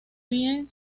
bien